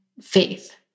faith